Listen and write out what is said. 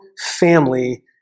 family